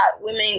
women